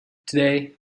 today